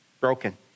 broken